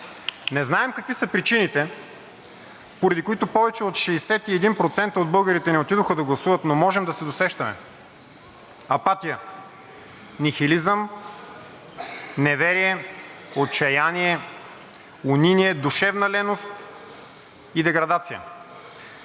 Не знаем какви са причините, поради които повече от 61% от българите не отидоха да гласуват, но можем да се досещаме – апатия, нихилизъм, неверие, отчаяние, униние, душевна леност и деградация.